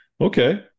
Okay